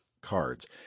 cards